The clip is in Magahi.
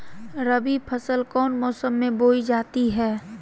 रबी फसल कौन मौसम में बोई जाती है?